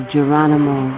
Geronimo